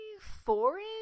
foreign